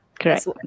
correct